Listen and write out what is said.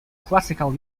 classical